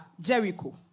Jericho